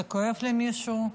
זה כואב למישהו?